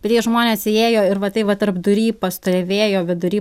ir jei žmonės įėjo ir va taip va tarpdury pastovėjo vidury